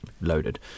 loaded